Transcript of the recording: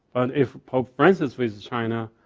if pope francis visits china,